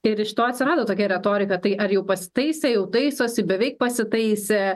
ir iš to atsirado tokia retorika tai ar jau pasitaisė jau taisosi beveik pasitaisė